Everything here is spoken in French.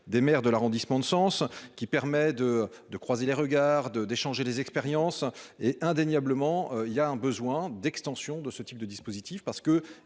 des maires de l'arrondissement de sens qui permet de de croiser les regards de d'échanger les expériences et indéniablement, il y a un besoin d'extension de ce type de dispositif parce que